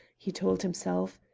he told himself.